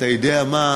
אתה יודע מה,